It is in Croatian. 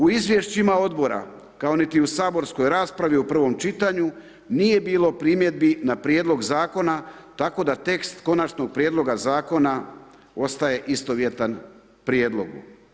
U izvješćima odbor kao niti u saborskoj raspravi u prvom čitanju nije bilo primjedbi na prijedlog zakona tako da tekst konačnog prijedloga zakona ostaje istovjetan prijedlogu.